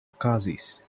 okazis